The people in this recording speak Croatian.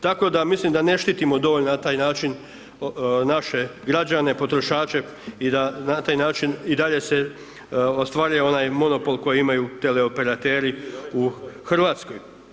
Tako da mislim da ne štitimo dovoljno na taj način naše građane, potrošače i da na taj način i dalje se ostvaruje onaj monopol koji imaju tele operateri u RH.